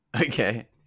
Okay